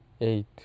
eight